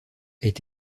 est